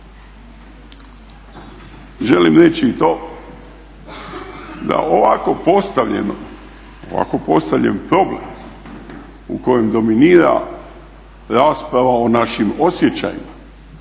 ovako postavljeno, ovako postavljen problem u kojem dominira rasprava o našim osjećajima